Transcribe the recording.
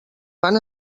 van